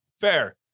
Fair